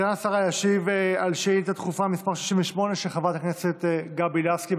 סגן השרה ישיב על שאילתה דחופה מס' 68 של חברת הכנסת גבי לסקי.